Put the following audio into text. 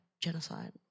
genocide